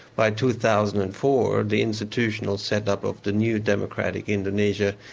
by two thousand and four, the institutional set-up of the new democratic indonesia